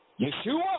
Yeshua